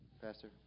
Pastor